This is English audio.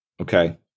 Okay